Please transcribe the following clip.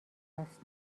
است